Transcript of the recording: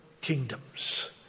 kingdoms